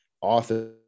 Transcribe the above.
author